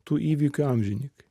tų įvykių amžininkai